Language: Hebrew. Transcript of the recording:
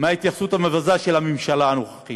מההתייחסות המבזה של הממשלה הנוכחית.